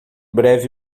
breve